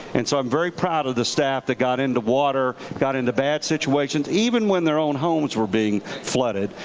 and so i'm very proud of the staff that got into water, got into bad situations, even when their own homes were being flooded,